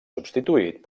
substituït